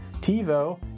TiVo